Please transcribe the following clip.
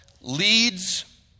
leads